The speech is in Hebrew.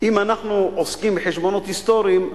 אם אנחנו עוסקים בחשבונות היסטוריים,